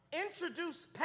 Introduce